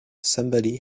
somebody